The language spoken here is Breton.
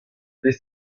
anv